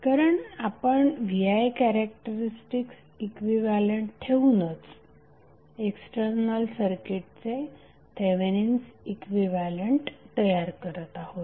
कारण आपण vi characteristics equivalent ठेवूनच एक्स्टर्नल सर्किटचे थेवेनिन्स इक्विव्हॅलंट तयार करत आहोत